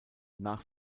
nach